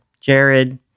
Jared